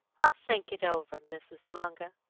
i'll think it over, mrs. munger.